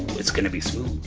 it's gonna be smooth.